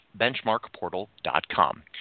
BenchmarkPortal.com